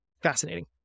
fascinating